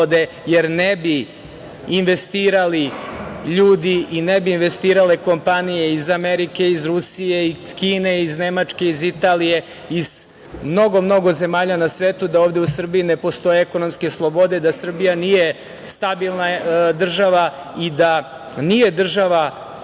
jer ne bi investirali ljudi i ne bi investirale kompanije iz Amerike, iz Rusije, iz Kine, iz Nemačke, iz Italije, iz mnogo, mnogo zemalja na svetu da ovde u Srbiji ne postoje ekonomske slobode, da Srbija nije stabilna država i da nije država